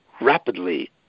rapidly